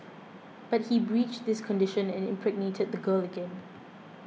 but he breached this condition and impregnated the girl again